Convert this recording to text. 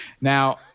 Now